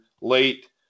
late